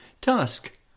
task